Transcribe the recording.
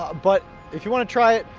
but if you want to try it,